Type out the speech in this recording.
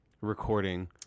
recording